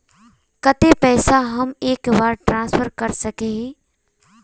केते पैसा हम एक बार ट्रांसफर कर सके हीये?